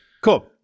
Cool